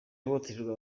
ihohoterwa